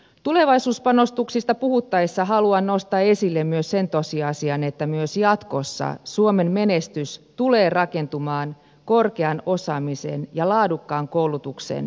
tulevaisuuspanostuksista puhuttaessa haluan nostaa esille myös sen tosiasian että myös jatkossa suomen menestys tulee rakentumaan korkean osaamisen ja laadukkaan koulutuksen varaan